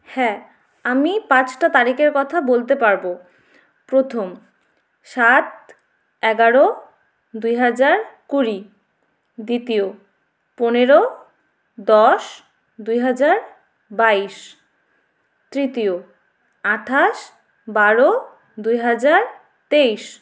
হ্যাঁ আমি পাঁচটা তারিখের কথা বলতে পারবো প্রথম সাত এগারো দুই হাজার কুড়ি দ্বিতীয় পনেরো দশ দুই হাজার বাইশ তৃতীয় আঠাশ বারো দুই হাজার তেইশ